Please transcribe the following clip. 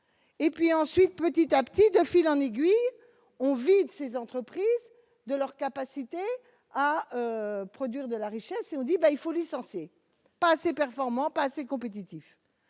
et puis ensuite, petit à petit, de fil en aiguille, on vide ses entreprises de leur capacité à produire de la richesse et au débat, il faut licencier, pas assez performant, pas assez compétitifs